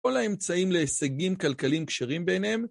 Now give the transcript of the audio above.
‫כל האמצעים להישגים כלכליים ‫כשרים בעיניהם.